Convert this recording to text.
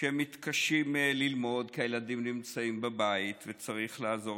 שמתקשים ללמוד כי הילדים נמצאים בבית וצריך לעזור